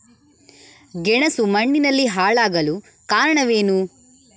ಗೆಣಸು ಮಣ್ಣಿನಲ್ಲಿ ಹಾಳಾಗಲು ಕಾರಣವೇನು?